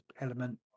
element